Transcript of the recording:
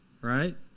right